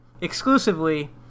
exclusively